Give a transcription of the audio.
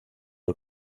del